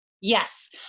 Yes